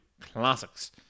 classics